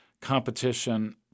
competition